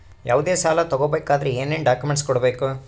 ಯಾವುದೇ ಸಾಲ ತಗೊ ಬೇಕಾದ್ರೆ ಏನೇನ್ ಡಾಕ್ಯೂಮೆಂಟ್ಸ್ ಕೊಡಬೇಕು?